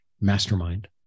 mastermind